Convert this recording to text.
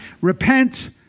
Repent